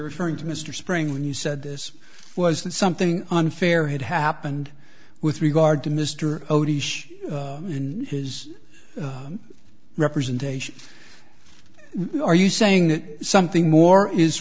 referring to mr spring when you said this was something unfair had happened with regard to mister his representations are you saying that something more is